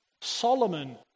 Solomon